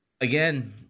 again